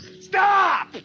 STOP